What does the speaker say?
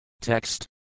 Text